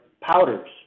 powders